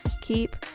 keep